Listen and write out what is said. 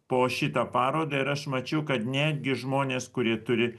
po šitą parodą ir aš mačiau kad netgi žmonės kurie turi